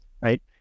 right